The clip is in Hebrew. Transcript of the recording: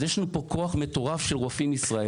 אז יש לנו פה כוח מטורף של רופאים ישראלים.